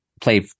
play